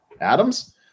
Adams